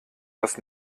das